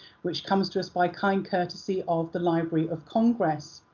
which comes to us by kind courtesy of the library of congress.